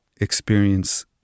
experience